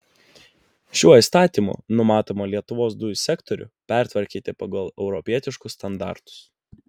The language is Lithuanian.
šiuo įstatymu numatoma lietuvos dujų sektorių pertvarkyti pagal europietiškus standartus